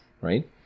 Right